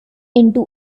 into